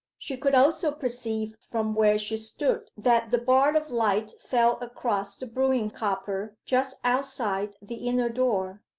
she could also perceive from where she stood that the bar of light fell across the brewing-copper just outside the inner door,